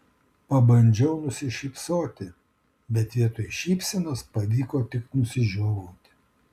pabandžiau nusišypsoti bet vietoj šypsenos pavyko tik nusižiovauti